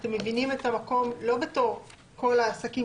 אתם מבינים את המקום לא בתור כל העסקים